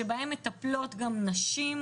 שבהן מטפלות גם נשים,